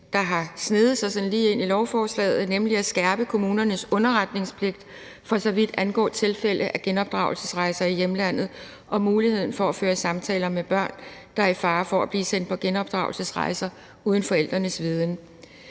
lige har sneget sig ind i lovforslaget, nemlig at skærpe kommunernes underretningspligt, for så vidt angår tilfælde af genopdragelsesrejser i hjemlandet, og muligheden for at føre samtaler med børn, der er i fare for at blive sendt på genopdragelsesrejser, uden forældrenes viden.